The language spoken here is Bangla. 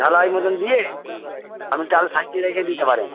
ঢালাই মতন দিয়ে আপনি চাল সাইড দিয়ে রেখে দিতে পারেন